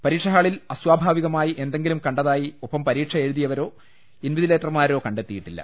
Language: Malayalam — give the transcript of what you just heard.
പരീക്ഷാ ഹാളിൽ അസ്വാഭാവികമായി എന്തെങ്കിലും കണ്ട തായി ഒപ്പം പരീക്ഷ എഴുതിയവരോ ഇൻവിജില്ലേറ്റർമാരോ കണ്ടെ ത്തിയിട്ടില്ല